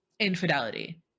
infidelity